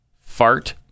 Fart